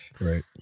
Right